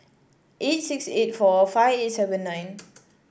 eight six eight four five eight seven nine